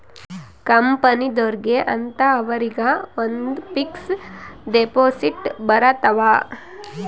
ಕಂಪನಿದೊರ್ಗೆ ಅಂತ ಅವರಿಗ ಒಂದ್ ಫಿಕ್ಸ್ ದೆಪೊಸಿಟ್ ಬರತವ